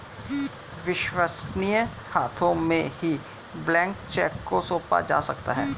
विश्वसनीय हाथों में ही ब्लैंक चेक को सौंपा जा सकता है